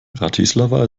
bratislava